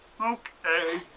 Okay